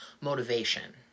motivation